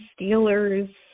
Steelers